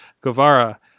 guevara